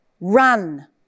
run